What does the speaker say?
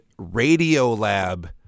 Radiolab